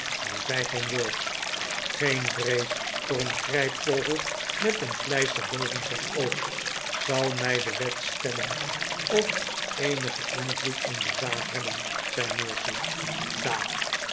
maar zei geen woord geen vrees voor een grijpvogel met een pleister boven zijn oog zal mij de wet stellen of eenigen invloed in de zaak hebben zei mercy daar